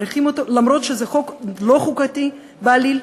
אף-על-פי שזה חוק לא חוקתי בעליל.